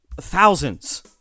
thousands